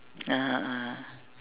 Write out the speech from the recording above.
(uh huh) (uh huh)